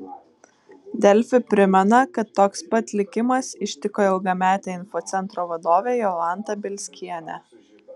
delfi primena kad toks pat likimas ištiko ilgametę infocentro vadovę jolantą bielskienę